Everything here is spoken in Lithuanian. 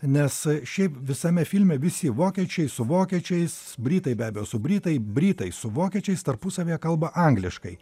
nes šiaip visame filme visi vokiečiai su vokiečiais britai be abejo su britai britai su vokiečiais tarpusavyje kalba angliškai